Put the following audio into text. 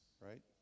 Right